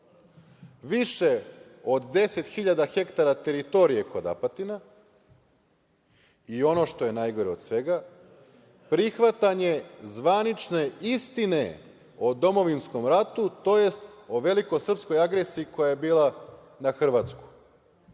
hiljada hektara teritoriji kod Apatina i ono što je najgore od svega prihvatanje zvanične istine od domovinskom ratu to jest o veliko sprskoj agresiji koja je bila na Hrvatsku.